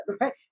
right